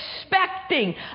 expecting